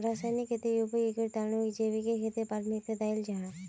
रासायनिक खेतीर उपयोगेर तुलनात जैविक खेतीक प्राथमिकता दियाल जाहा